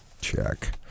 Check